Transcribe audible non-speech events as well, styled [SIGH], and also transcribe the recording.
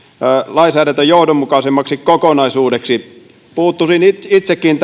lainsäädäntö johdonmukaisemmaksi kokonaisuudeksi puuttuisin itsekin [UNINTELLIGIBLE]